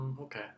Okay